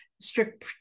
strict